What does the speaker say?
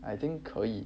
I think 可以